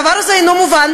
הדבר הזה אינו מובן,